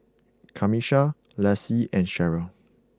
Camisha Lacy and Sheryll